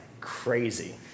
crazy